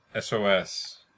SOS